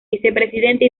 vicepresidente